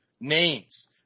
names